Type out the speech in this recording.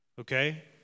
okay